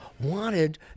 Wanted